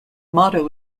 motto